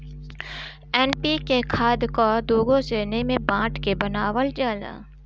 NPK खाद कअ दूगो श्रेणी में बाँट के बनावल जाला